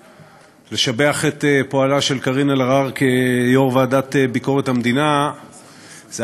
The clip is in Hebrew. לשבח את פועלה של קארין אלהרר כיו"ר ועדת ביקורת המדינה זה,